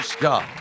God